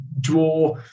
draw